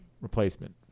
replacement